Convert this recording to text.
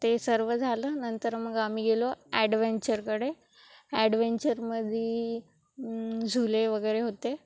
ते सर्व झालं नंतर मग आम्ही गेलो ॲडवेंचरकडे ॲडवेंचरमध्ये झुले वगैरे होते